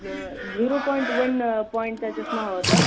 zero point one पॉईंटचा चष्मा हवा होता